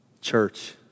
Church